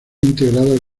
integradas